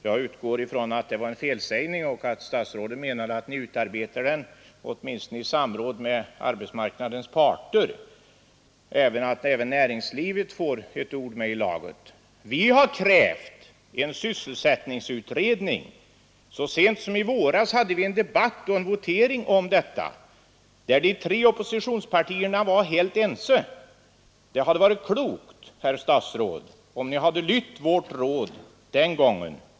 Jag utgår ifrån att det var en felsägning och att statsrådet menar att ni utarbetar den åtminstone i samråd med arbetsmarknadens parter och att även näringslivet får ett ord med i laget. Vi inom oppositionen har krävt en sysselsättningsutredning. Så sent som i våras hade vi en debatt och en votering om detta, där de tre oppositionspartierna var helt ense. Det hade varit klokt, herr statsråd, om ni hade lytt vårt råd den gången.